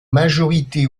majorité